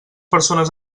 persones